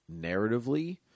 narratively